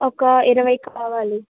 ఒక ఇరవై కావాలి